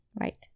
Right